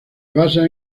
basa